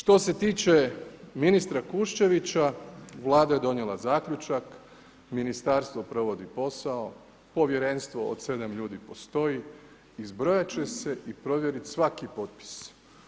Što se tiče ministra Kuščevića, Vlada je donijela zaključak, ministarstvo provodi posao, povjerenstvo od 7 ljudi postoji, izbrojat će se i provjerit svaki potpis.